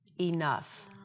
enough